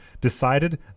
decided